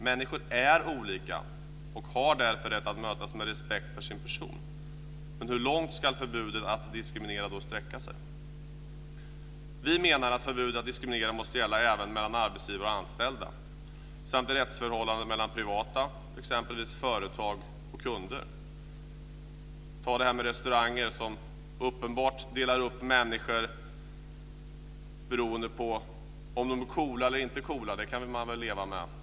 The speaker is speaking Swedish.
Människor är olika och har därför rätt att mötas med respekt för sin person. Hur långt ska då förbudet mot att diskriminera sträcka sig? Vi menar att förbudet mot att diskriminera även måste gälla mellan arbetsgivare och anställda samt i rättsförhållandet mellan exempelvis privata företag och kunder. Ta det här med restauranger som uppenbart delar upp människor. Att de gör det beroende på om de är coola eller inte coola kan man väl leva med.